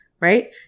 right